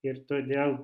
ir todėl